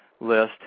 list